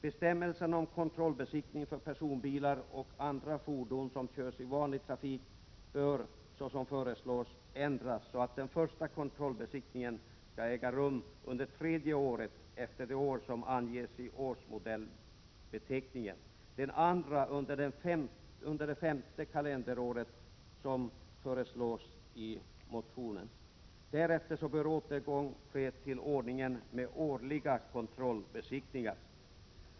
Bestämmelserna om kontrollbesiktning för personbilar och andra fordon som körs i vanlig trafik bör, såsom föreslås, ändras så att den första kontrollbesiktningen skall äga rum under tredje året efter det år som anges i årsmodellsbeteckningen, den andra under det femte kalenderåret, såsom föreslås i motionerna. Därefter bör återgång ske till ordningen med årliga kontrollbesiktningar.